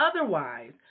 Otherwise